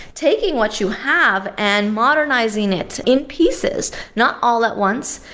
taking what you have and modernizing it in pieces. not all at once,